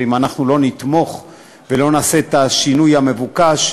ואם אנחנו לא נתמוך ולא נעשה את השינוי המבוקש,